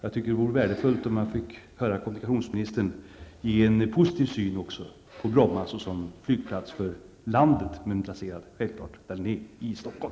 Jag tycker att det vore värdefullt att få höra kommunikationsministern ge en positiv syn på Bromma som flygplats för landet, men självklart placerad där den är, i Stockholm.